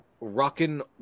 Rockin